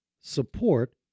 support